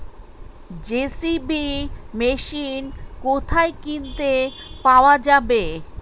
JCB machine কোথায় কিনতে পাওয়া যাবে?